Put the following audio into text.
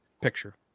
picture